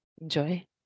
Enjoy